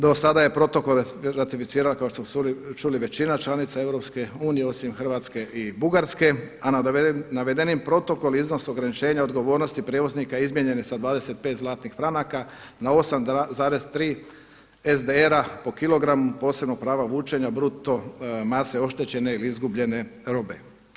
Do sada je protokol ratificirala kao što su čuli većina članica EU osim Hrvatske i Bugarske, a navedeni protokol iznos ograničenja odgovornosti prijevoznika izmijenjen je sa 25 zlatnih franaka na 8,3 SDR-a po kilogramu posebno prava vučenja bruto mase oštećene ili izgubljene robe.